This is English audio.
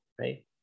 right